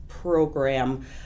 program